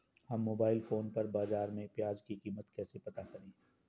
हम mobile phone पर बाज़ार में प्याज़ की कीमत कैसे पता करें?